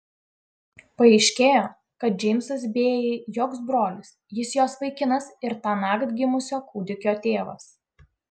paaiškėjo kad džeimsas bėjai joks brolis jis jos vaikinas ir tąnakt gimusio kūdikio tėvas